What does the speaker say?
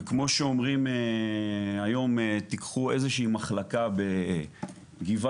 וכמו שאומרים היום תיקחו איזושהי מחלקה בגבעתי